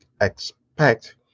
expect